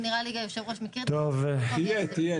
תהיה, תהיה.